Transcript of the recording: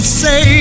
say